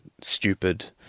stupid